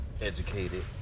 educated